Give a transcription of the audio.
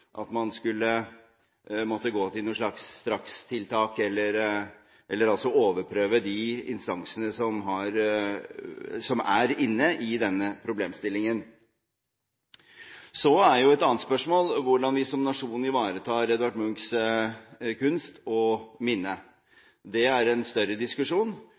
at man må gå til noen slags strakstiltak eller overprøve de instansene som er inne i denne problemstillingen. Et annet spørsmål er jo hvordan vi som nasjon ivaretar Edvard Munchs kunst og minne. Det er en større diskusjon.